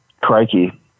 Crikey